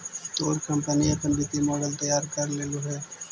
तोर कंपनी अपन वित्तीय मॉडल तैयार कर लेलो हे?